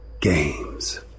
Games